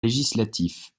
législatif